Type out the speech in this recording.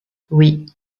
oui